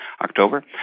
October